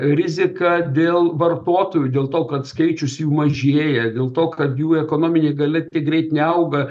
rizika dėl vartotojų dėl to kad skaičius jų mažėja dėl to kad jų ekonominė galia greit neauga